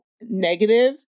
negative